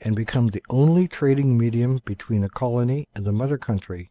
and become the only trading medium between the colony and the mother country.